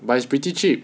but it's pretty cheap